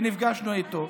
נפגשנו איתו.